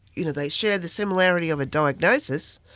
you know they share the similarity of a diagnosis,